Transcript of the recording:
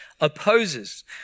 opposes